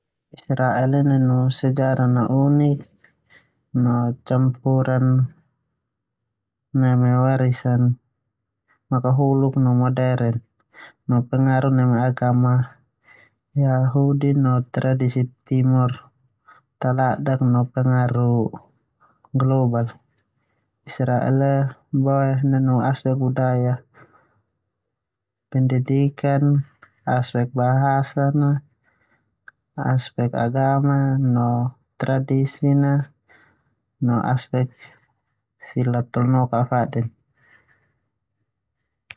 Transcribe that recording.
Israel ia nanu campuran neme warisan makahukuk no modern no pengaruh neme agama yahudi no tradisi timor tengah no pengaruh global. Israle boe nanu aspek agamano aspek tradisi no aspek keluarga, aspek bahasa, aspek pendidikan.